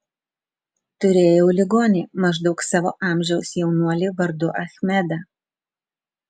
turėjau ligonį maždaug savo amžiaus jaunuolį vardu achmedą